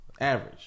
average